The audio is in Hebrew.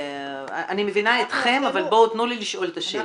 אני מבינה אתכם, אבל תנו לי לשאול את השאלה.